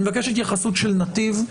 אני מבקש התייחסות של נתיב.